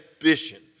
ambition